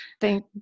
Thank